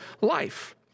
life